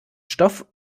stoff